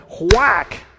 whack